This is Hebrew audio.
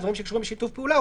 דברים שקשורים לשיתוף פעולה,